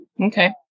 Okay